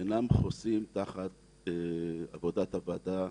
אינו חוסה תחת עבודת הוועדה,